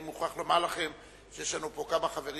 אני מוכרח לומר שיש לנו פה כמה חברים